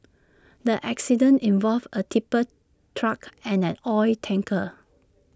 the accident involved A tipper truck and an oil tanker